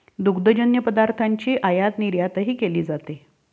दुग्धजन्य पदार्थांची आयातनिर्यातही केली जाते